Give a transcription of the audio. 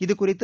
இதுகுறித்து